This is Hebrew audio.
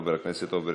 חבר הכנסת עפר שלח,